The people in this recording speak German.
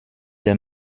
der